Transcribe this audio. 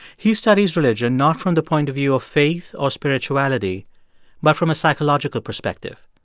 he studies religion not from the point of view of faith or spirituality but from a psychological perspective.